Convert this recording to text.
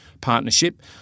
partnership